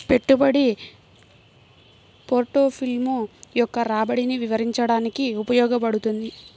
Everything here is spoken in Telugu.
పెట్టుబడి పోర్ట్ఫోలియో యొక్క రాబడిని వివరించడానికి ఉపయోగించబడుతుంది